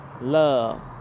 Love